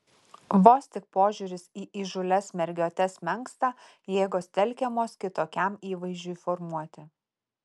vos tik požiūris į įžūlias mergiotes menksta jėgos telkiamos kitokiam įvaizdžiui formuoti